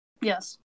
Yes